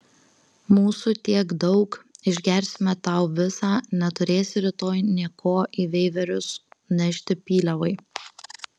mūsų tiek daug išgersime tau visą neturėsi rytoj nė ko į veiverius nešti pyliavai